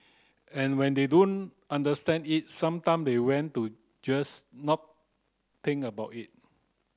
and when they don't understand it sometime they want to just not think about it